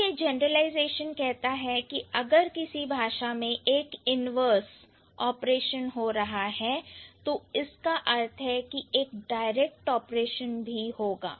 तो यह जनरलाइजेशन कहता है कि अगर किसी भाषा में एक इन्वर्स उल्टा ऑपरेशन हो रहा है तो इसका अर्थ है कि एक डायरेक्ट ऑपरेशन भी होगा